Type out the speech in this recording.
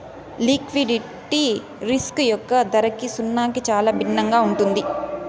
liquidity risk యొక్క ధరకి సున్నాకి చాలా భిన్నంగా ఉంటుంది